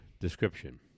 description